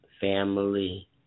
family